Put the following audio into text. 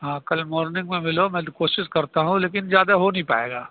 ہاں کل مارنگ میں مِلو میں کوشش کرتا ہوں لیکن زیادہ ہو نہیں پائے گا